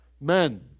men